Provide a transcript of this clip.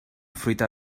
fruita